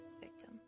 victim